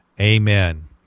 Amen